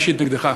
אישית נגדך.